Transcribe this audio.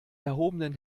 erhobenen